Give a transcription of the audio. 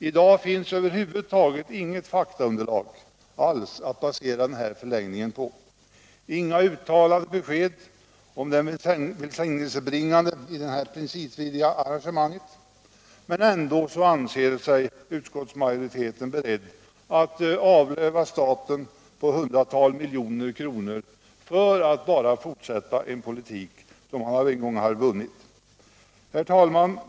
I dag finns över huvud taget inget faktaunderlag alls att basera denna förlängning på, inga uttalade besked om det välsignelsebringande i detta principvidriga arrangemang, men ändå är utskottsmajoriteten beredd att avlöva staten något hundratal miljoner kronor, bara för att fortsätta en politik som en gång har vunnit. Herr talman!